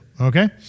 okay